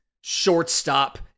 shortstop